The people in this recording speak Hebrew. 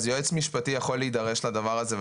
אז יועץ משפטי יכול להידרש לדבר הזה,